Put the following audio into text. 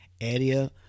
area